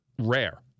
rare